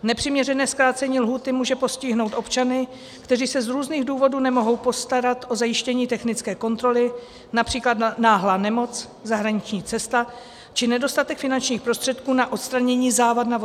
Nepřiměřené zkrácení lhůty může postihnout občany, kteří se z různých důvodů nemohou postarat o zajištění technické kontroly, například náhlá nemoc, zahraniční cesta či nedostatek finančních prostředků na odstranění závad na vozidle.